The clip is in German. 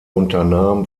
unternahm